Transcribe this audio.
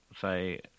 say